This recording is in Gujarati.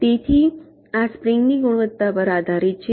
તેથી આ સ્પ્રિંગની ગુણવત્તા પર આધારિત છે